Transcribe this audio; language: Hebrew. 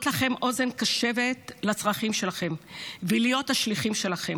להיות אוזן קשבת לצרכים שלכם ולהיות השליחים שלכם.